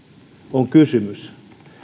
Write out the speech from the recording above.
on kysymys